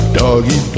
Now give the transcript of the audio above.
doggy